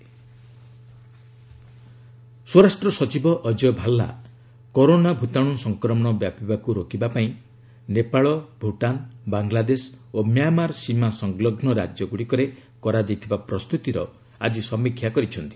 home secretary corona ସ୍ୱରାଷ୍ଟ୍ର ସଚିବ Ajay Bhalla corona ଭୂତାଣୁ ସଂକ୍ରମଣ ବ୍ୟାପିବାକୁ ରୋକିବା ପାଇଁ ନେପାଳ ଭୂଟାନ ବାଙ୍ଗଲାଦେଶ ଓ ମ୍ୟାମାର୍ ସୀମା ସଂଲଗ୍ନ ରାଜ୍ୟଗୁଡ଼ିକରେ କରାଯାଇଥିବା ପ୍ରସ୍ତୁତିର ଆଜି ସମୀକ୍ଷା କରିଛନ୍ତି